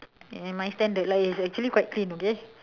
in my standard lah it's actually quite clean okay